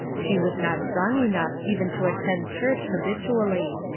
she was not strong enough even to attend church habitually.